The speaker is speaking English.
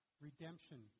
redemption